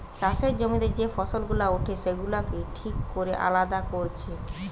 চাষের জমিতে যে ফসল গুলা উঠে সেগুলাকে ঠিক কোরে আলাদা কোরছে